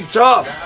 tough